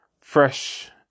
fresh